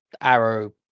arrow